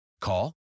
Call